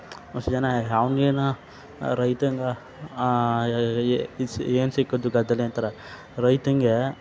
ವಸಿ ಜನ ಅವ್ನ್ಗೇನು ರೈತಂಗೆ ಏನು ಸಿಕ್ಕಿತ್ತು ಗದ್ದೆಲಿ ಅಂತಾರೆ ರೈತನಿಗೆ